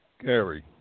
Gary